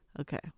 Okay